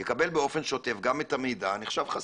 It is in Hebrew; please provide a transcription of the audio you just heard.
גם את המידע שנחשב חסוי.